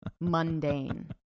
mundane